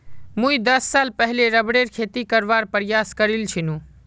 मुई दस साल पहले रबरेर खेती करवार प्रयास करील छिनु